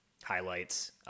highlights